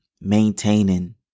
maintaining